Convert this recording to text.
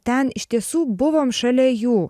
ten iš tiesų buvom šalia jų